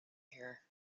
here